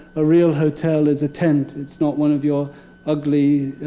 a real hotel is a tent. it's not one of your ugly,